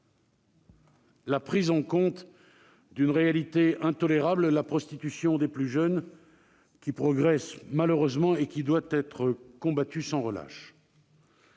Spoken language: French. la prise en compte d'une réalité intolérable, la prostitution des plus jeunes, qui progresse malheureusement et qui doit être combattue sans relâche.